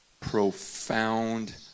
profound